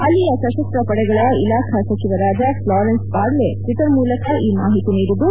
ಅಲ್ಲಿಯ ಸಶಸ್ತಪಡೆಗಳ ಇಲಾಖಾ ಸಚಿವರಾದ ಫ್ಲಾರೆನ್ಸ್ ಪಾರ್ಲೆ ಟ್ವಿಟರ್ ಮೂಲಕ ಈ ಮಾಹಿತಿ ನೀಡಿದ್ದು